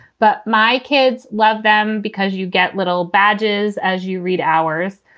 but my kids love them because you get little badges as you read hours.